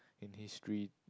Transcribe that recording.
in history